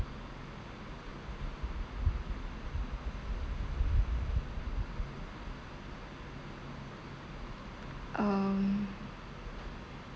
um